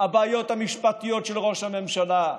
הבעיות המשפטיות של ראש הממשלה.